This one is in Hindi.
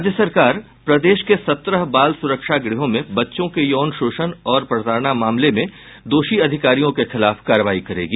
राज्य सरकार प्रदेश के सत्रह बाल सुरक्षा गृहों में बच्चों के यौन शोषण और प्रताड़ना मामले में दोषी अधिकारियों के खिलाफ कार्रवाई करेगी